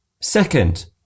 Second